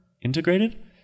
integrated